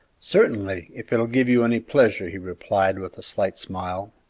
certainly, if it will give you any pleasure, he replied, with a slight smile.